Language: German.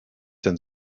denn